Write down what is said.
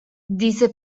diese